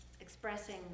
expressing